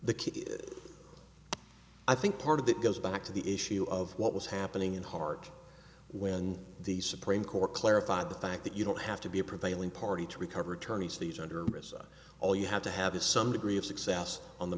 key i think part of that goes back to the issue of what was happening in heart when the supreme court clarified the fact that you don't have to be a prevailing party to recover attorney's fees under all you have to have some degree of success on the